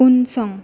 उनसं